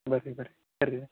ಬರ್ರಿ ಬರ್ರಿ ಬರ್ರೀ